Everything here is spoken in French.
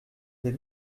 des